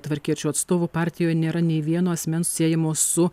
tvarkiečių atstovų partijoj nėra nei vieno asmens siejamo su